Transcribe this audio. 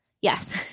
Yes